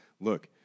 look